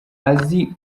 azi